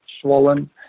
swollen